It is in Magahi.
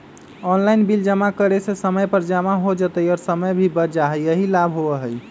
ऑनलाइन बिल जमा करे से समय पर जमा हो जतई और समय भी बच जाहई यही लाभ होहई?